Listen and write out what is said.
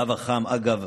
הקו החם, אגב,